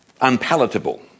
unpalatable